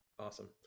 Awesome